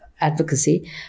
advocacy